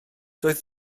doedd